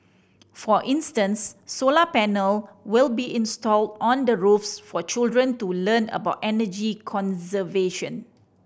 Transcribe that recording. for instance solar panel will be installed on the roofs for children to learn about energy conservation